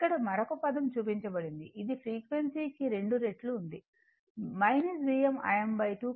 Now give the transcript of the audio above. ఇక్కడ మరొక పదం చూపించబడినది ఇది ఫ్రీక్వెన్సీకి రెండు రేట్లు వుంది Vm Im2 cos 2 ω t